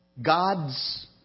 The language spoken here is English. God's